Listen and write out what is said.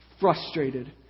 frustrated